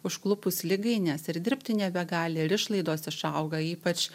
užklupus ligai nes ir dirbti nebegali ir išlaidos išauga ypač